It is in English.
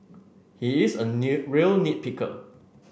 he is a new real nit picker